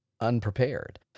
unprepared